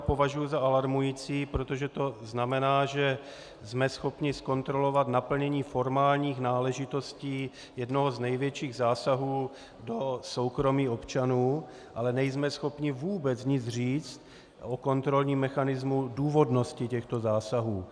Považuji to opravdu za alarmující, protože to znamená, že jsme schopni zkontrolovat naplnění formálních náležitostí jednoho z největších zásahů do soukromí občanů, ale nejsme schopni vůbec nic říct o kontrolním mechanismu důvodnosti těchto zásahů.